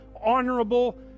honorable